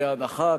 בהנחה,